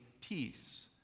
peace